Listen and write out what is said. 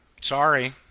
Sorry